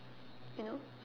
you know